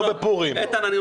לא בפורים.